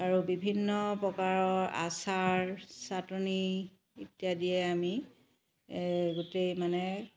আৰু বিভিন্ন প্ৰকাৰৰ আচাৰ ছাটনি ইত্যাদিয়ে আমি গোটেই মানে